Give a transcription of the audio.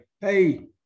hey